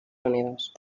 unidos